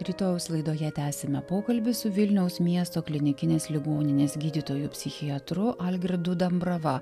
rytojaus laidoje tęsime pokalbį su vilniaus miesto klinikinės ligoninės gydytoju psichiatru algirdu dambrava